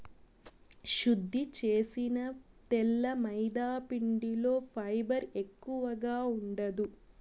శుద్ది చేసిన తెల్ల మైదాపిండిలో ఫైబర్ ఎక్కువగా ఉండదు